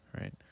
right